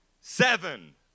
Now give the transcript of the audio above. seven